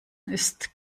ist